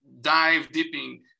dive-dipping